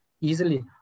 easily